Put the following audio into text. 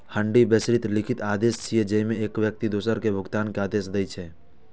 हुंडी बेशर्त लिखित आदेश छियै, जेइमे एक व्यक्ति दोसर कें भुगतान के आदेश दै छै